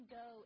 go